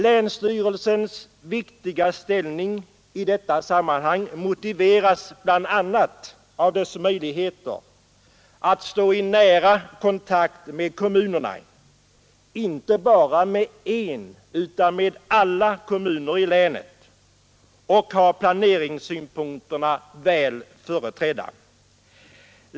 Länsstyrelsens viktiga ställning i detta sammanhang motiveras bl.a. av dess möjligheter att stå i nära kontakt med kommunerna — inte bara med en kommun utan med alla i länet — och ha planeringssynpunkterna väl företrädda.